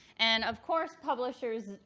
and of course, publishers